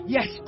Yes